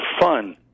fun